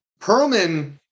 Perlman